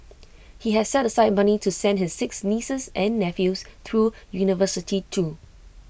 he has set aside money to send his six nieces and nephews through university too